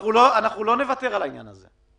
אנחנו לא נוותר על העניין הזה.